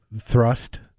thrust